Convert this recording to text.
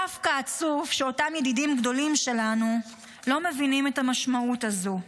עצוב דווקא שאותם ידידים גדולים שלנו לא מבינים את המשמעות הזו.